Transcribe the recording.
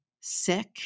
sick